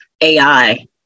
AI